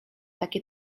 takie